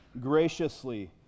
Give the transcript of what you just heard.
graciously